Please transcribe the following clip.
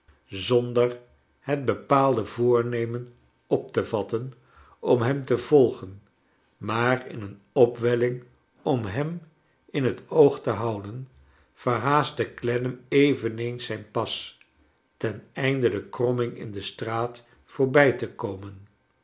zonder het bepaalde voornemen op te vatten om hem te volgen maar in een opwelling om hem in het oog te houden verhaastte clennam eveneens zijn pas ten einde de kromming in de straat voorbij te komen